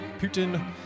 Putin